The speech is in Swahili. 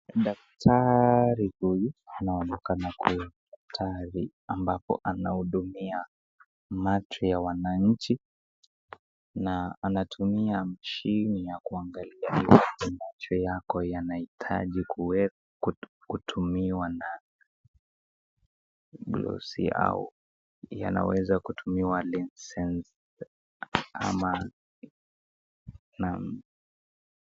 Daktari huyu anaonekana kuwa tayari ambapo anahudumia macho ya wananchi na anatumia mashini ya kuangalia iwapo macho yako yanahitaji kuwe kutumiwa na glosi au yanaweza kutumiwa lenses ama, Naam ...